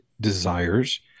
desires